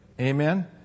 Amen